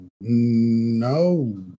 No